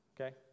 okay